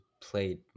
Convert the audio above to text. played